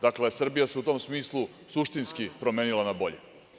Dakle, Srbija se u tom smislu suštinski promenila na bolje.